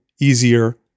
easier